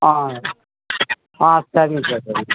ஆ ஆ சரிங்க சார் சரிங்க